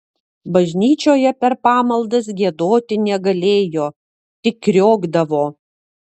bažnyčioje per pamaldas giedoti negalėjo tik kriokdavo